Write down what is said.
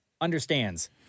understands